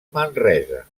manresa